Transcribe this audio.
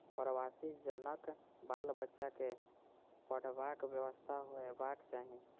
प्रवासी जनक बाल बच्चा के पढ़बाक व्यवस्था होयबाक चाही